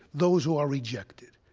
those who are rejected.